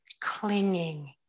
clinging